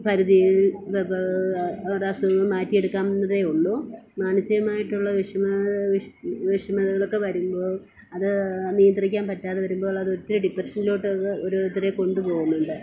പരിധി അവരുടെ അസുഖങ്ങൾ മാറ്റി എടുക്കാവുന്നതേ ഉള്ളൂ മാനസികമായിട്ടുള്ള വിഷമതകൾ ഒക്കെ വരുമ്പോൾ അത് നിയന്ത്രിക്കാൻ പറ്റാതെ വരുമ്പോൾ അത് ഒത്തിരി ഡിപ്രെഷൻലോട്ട് അത് ഓരോരുത്തരെ കൊണ്ട് പോകുന്നുണ്ട്